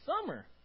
summer